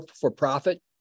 for-profit